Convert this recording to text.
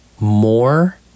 more